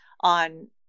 on